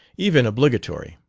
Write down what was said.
even obligatory.